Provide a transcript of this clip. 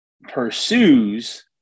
pursues